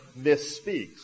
misspeaks